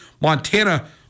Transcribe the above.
Montana